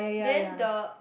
then the